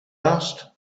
asked